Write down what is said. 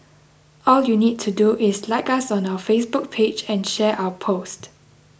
all you need to do is like us on our Facebook page and share our post